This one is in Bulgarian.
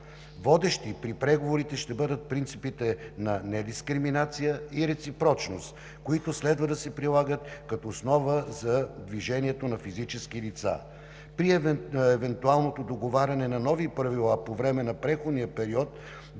Водещи при преговорите ще бъдат принципите на недискриминация и реципрочност, които следва да се прилагат като основа за движението на физически лица. При евентуалното договаряне на нови правила по време на преходния период